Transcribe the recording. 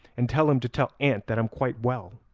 and tell him to tell aunt that i'm quite well,